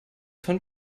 von